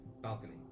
balcony